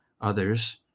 others